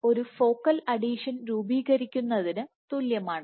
അത് ഒരു focal adhesion രൂപീകരിക്കുന്നതിന് തുല്യമാണ്